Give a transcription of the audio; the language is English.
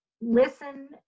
listen